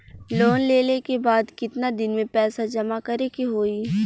Loan लेले के बाद कितना दिन में पैसा जमा करे के होई?